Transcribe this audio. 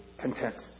content